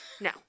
No